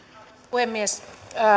puhemies